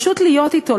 פשוט להיות אתו,